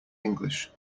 english